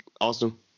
awesome